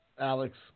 Alex